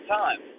time